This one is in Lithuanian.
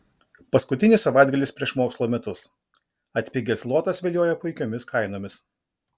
paskutinis savaitgalis prieš mokslo metus atpigęs zlotas vilioja puikiomis kainomis